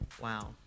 wow